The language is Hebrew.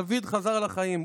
דוד חזר לחיים,